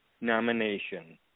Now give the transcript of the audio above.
nomination